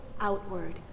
outward